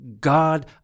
god